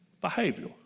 behavior